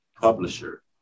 publisher